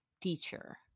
teacher